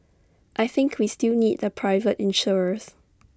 I think we still need the private insurers